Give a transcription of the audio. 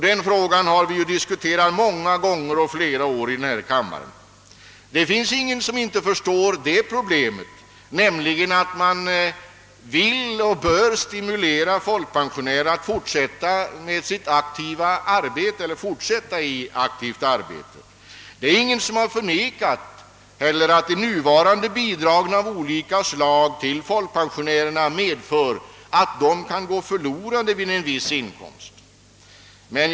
Denna fråga har ju diskuterats under flera år här i kammaren, och det finns ingen som inte förstår att folkpensionärerna bör stimuleras att fortsätta i aktivt arbete. Ingen har heller förnekat att de nuvarande bidragen av olika slag till folkpensionärer medför att viss del av inkomsten kan gå förlorad för en folkpensionär.